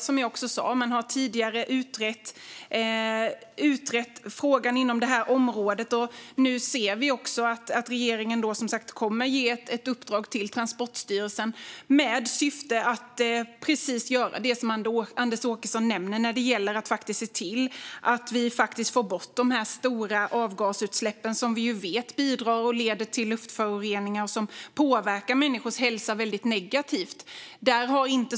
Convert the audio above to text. Som jag sa har man tidigare utrett frågan inom detta område, och nu ser vi att regeringen kommer att ge ett uppdrag till Transportstyrelsen med syftet att göra precis det som Anders Åkesson nämner när det gäller att se till att vi får bort de stora avgasutsläpp som vi vet bidrar och leder till luftföroreningar och som påverkar människors hälsa negativt.